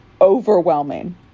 overwhelming